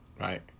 Right